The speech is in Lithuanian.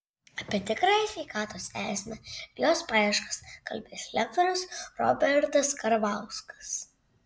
apie tikrąją sveikatos esmę ir jos paieškas kalbės lektorius robertas karvauskas